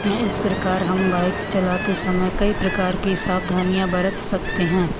मैं इस प्रकार हम बाइक चलाते समय कई प्रकार की सावधानियाँ बरत सकते हैं